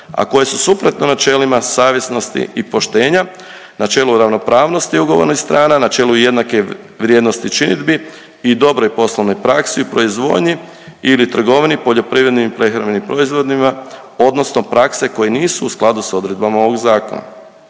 a koje su suprotne načelima savjesnosti i poštenja, načelu ravnopravnosti ugovornih strana, načelu jednake vrijednosti činidbi i dobroj poslovnoj praksi u proizvodnji ili trgovini poljoprivrednim i prehrambenih proizvodima odnosno prakse koje nisu u skladu s odredbama ovog zakona.